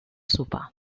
sopar